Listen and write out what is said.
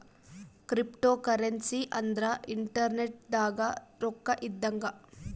cryptocurrency ಅಂದ್ರ internet ದಾಗ ರೊಕ್ಕ ಇದ್ದಂಗ